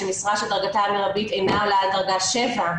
שמשרה שדרגתה המרבית אינה עולה על דרגה 7,